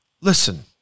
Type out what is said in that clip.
Listen